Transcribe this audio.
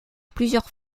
plusieurs